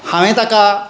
हांवें ताका